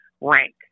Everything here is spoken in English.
rank